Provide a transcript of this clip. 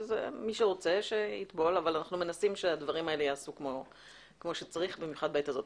מי שרוצה שיטבול אבל אנחנו מנסים שזה ייעשה כמו שצריך במיוחד בעת הזאת.